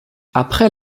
après